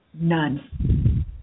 none